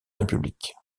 république